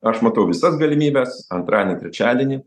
aš matau visas galimybes antradienį trečiadienį